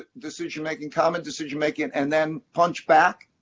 ah decision-making comment, decision making and then punch back?